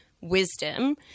wisdom